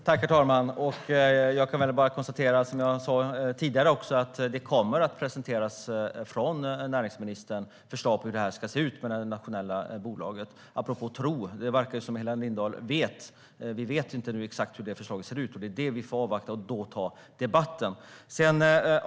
Herr talman! Det kommer att presenteras förslag från näringsministern om hur detta med det nationella bolaget ska se ut. Helena Lindahl talar om att tro, men hon talar som om hon vet. Men vi vet faktiskt inte än hur förslaget kommer att se ut. Det får vi avvakta och ta debatten då.